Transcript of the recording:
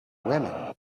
women